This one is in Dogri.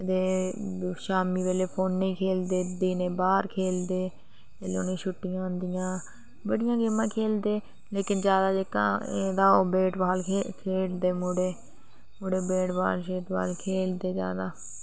ते शामी बेल्लै फोने च खेलदे दिने बाहर खेलदे जेहले उनेंगी छुट्टियां होंदियां बड़ियां गेमां खेलदे लेकिन ज्यादा जेहका ओह् बेटबाल खेलदे मुडे मुडे बेटबाल सेटबाल खेलदे ज्यादा